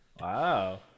Wow